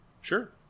Sure